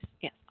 yes